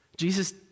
Jesus